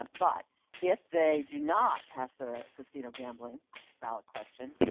ah but if they do not pass the casino gambling ballot question